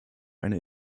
eine